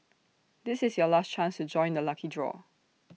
this is your last chance to join the lucky draw